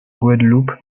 guadeloupe